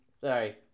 Sorry